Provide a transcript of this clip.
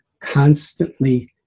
constantly